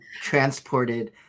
transported